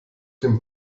dem